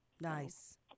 Nice